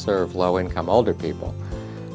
serve low income older people